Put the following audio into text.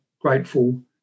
grateful